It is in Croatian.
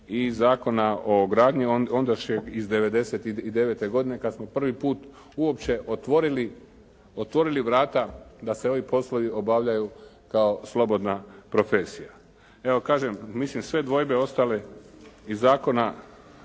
i Zakona o gradnji iz 1999. kad smo prvi put uopće otvorili vrata da se ovi poslovi obavljaju kao slobodna profesija. Evo kažem, mislim sve dvojbe ostale iz zakona